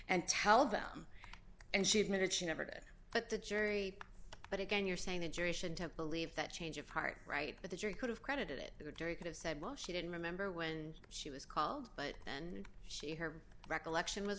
and tell them and she admitted she never did but the jury but again you're saying the jury should temp believe that change of heart right but the jury could have credited it the jury could have said well she didn't remember when she was called but then she her recollection was